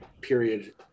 period